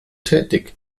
tätig